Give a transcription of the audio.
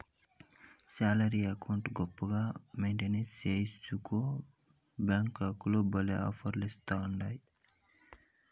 salary account గొప్పగా maintain సేస్తివనుకో బ్యేంకోల్లు భల్లే ఆపర్లిస్తాండాయి